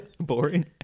Boring